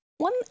One